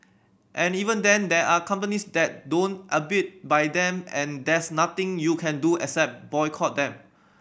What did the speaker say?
and even then there are companies that don't abide by them and there's nothing you can do except boycott them